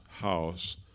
House